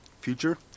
future